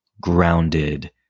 grounded